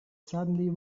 suddenly